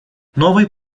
новый